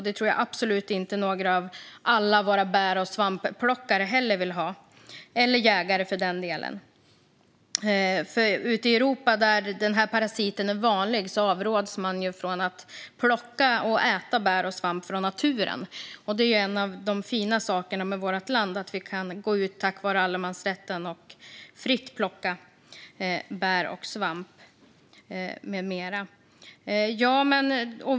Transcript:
Det tror jag inte heller att alla våra bär och svampplockare vill ha, eller för den delen jägare. Ute i Europa där denna parasit är vanlig avråds människor från att plocka och äta bär och svamp från naturen. Och en av de fina sakerna i vårt land är att vi tack vare allemansrätten kan gå ut och fritt plocka bär och svamp med mera.